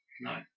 No